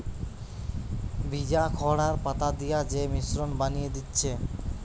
ভিজা খড় আর পাতা দিয়ে যে মিশ্রণ বানিয়ে দিচ্ছে